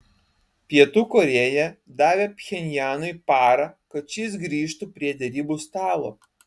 pietų korėja davė pchenjanui parą kad šis grįžtų prie derybų stalo